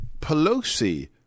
Pelosi